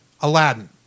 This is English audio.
Aladdin